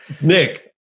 Nick